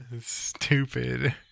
Stupid